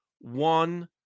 one